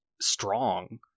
strong